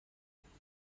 فراموش